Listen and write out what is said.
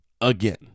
Again